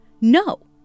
no